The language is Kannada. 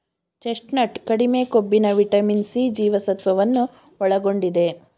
ಚೆಸ್ಟ್ನಟ್ ಕಡಿಮೆ ಕೊಬ್ಬಿನ ವಿಟಮಿನ್ ಸಿ ಜೀವಸತ್ವವನ್ನು ಒಳಗೊಂಡಿದೆ